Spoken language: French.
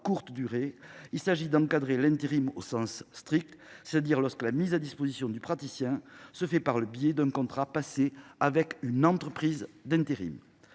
courte durée, mais d’encadrer l’intérim au sens strict, c’est à dire lorsque la mise à disposition du praticien se fait par le biais d’un contrat passé avec une entreprise d’intérim.